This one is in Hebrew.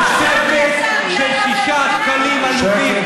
תוספת של שישה שקלים עלובים,